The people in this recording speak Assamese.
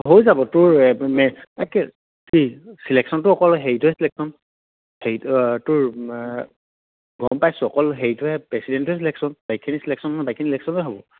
হৈ যাব তোৰ তাকে চিলেকশ্যনটো অকল হেৰিটোহে চিলেকশ্যন কৰিম তোৰ গম পাইছোঁ অকল হেৰিটোৱে প্ৰেচিডেণ্টটোহে চিলেকশ্যন বাকীখিনি চিলেকশ্যন